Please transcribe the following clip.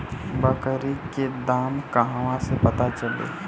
बकरी के दाम कहवा से पता चली?